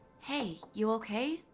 hey, you okay?